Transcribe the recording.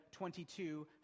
22